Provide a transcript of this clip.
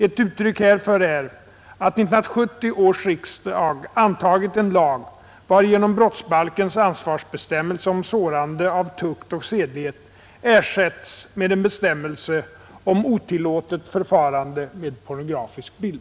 Ett uttryck härför är att 1970 års riksdag antagit en lag, varigenom brottsbalkens ansvarsbestämmelse om sårande av tukt och sedlighet ersätts med en bestämmelse om otillåtet förfarande med pornografisk bild.